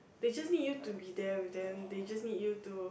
they just need you to be there with them they just need you to